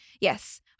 yes